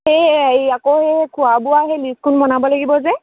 সেই এই আকৌ সেই খোৱা বোৱা সেই লিষ্টখন বনাব লাগিব যে